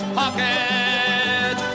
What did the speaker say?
pocket